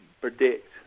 predict